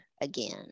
again